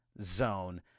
zone